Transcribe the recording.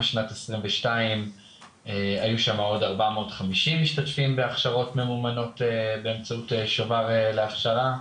בשנת 2022 היו שם עוד 450 משתתפים בהכשרות ממומנות באמצעות שובר להכשרה.